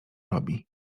robi